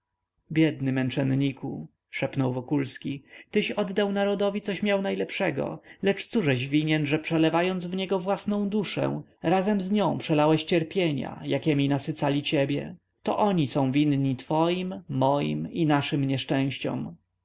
biedny męczenniku szepnął wokulski tyś oddał narodowi coś miał najlepszego lecz cóżeś winien że przelewając w niego własną duszę razem z nią przelałeś cierpienia jakiemi nasycali ciebie to oni są winni twoim moim i naszym nieszczęściom